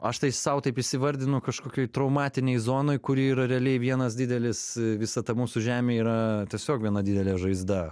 aš tai sau taip įsivardinu kažkokioj traumatinėj zonoj kuri yra realiai vienas didelis visa ta mūsų žemė yra tiesiog viena didelė žaizda